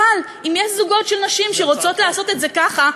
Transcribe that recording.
אבל אם יש זוגות של נשים שרוצות לעשות את זה ככה,